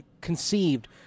conceived